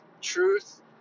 truth